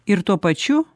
ir tuo pačiu